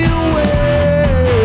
away